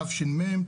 תש"ם,